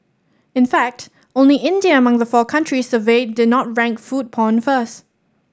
in fact only India among the four countries surveyed did not rank food porn first